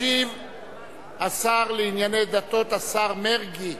ישיב השר לענייני דתות, השר מרגי.